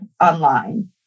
online